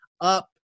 up